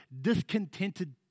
discontented